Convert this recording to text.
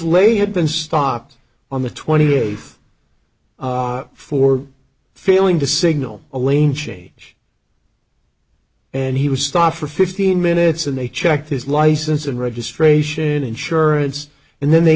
les had been stopped on the twenty eighth for failing to signal a lane change and he was stopped for fifteen minutes and they checked his license and registration and insurance and then they